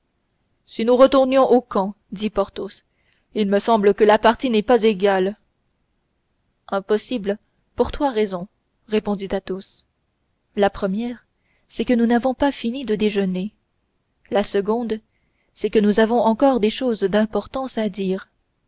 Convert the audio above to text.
si nous retournions au camp dit porthos il me semble que la partie n'est pas égale impossible pour trois raisons répondit athos la première c'est que nous n'avons pas fini de déjeuner la seconde c'est que nous avons encore des choses d'importance à dire